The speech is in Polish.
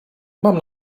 mam